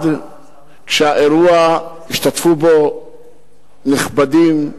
באירוע השתתפו נכבדים,